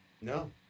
No